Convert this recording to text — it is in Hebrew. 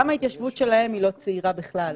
גם ההתיישבות שלהן היא לא צעירה בכלל.